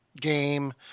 game